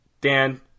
Dan